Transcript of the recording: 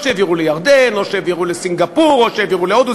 או שהעבירו לירדן או שהעבירו לסינגפור או שהעבירו להודו,